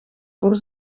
voor